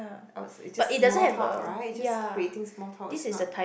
oh it's just small talk right it's just creating small talk it's not